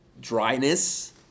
dryness